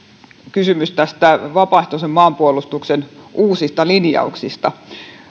kysymys näistä vapaaehtoisen maanpuolustuksen uusista linjauksista